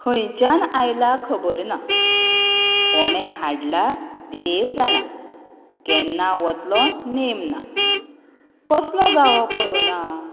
खंयच्यान आयला खबरना कोणे हाडला देव जाणा केन्ना वतलो नेम ना कसलो काय हो कोरोना